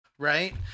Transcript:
Right